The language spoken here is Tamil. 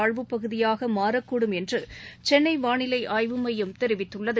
தாழ்வுப் பகுதியாகமாறக்கூடும் என்றுசென்னைவானிலைஆய்வு மையம் தெரிவித்துள்ளது